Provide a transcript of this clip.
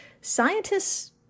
scientists